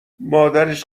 مادرش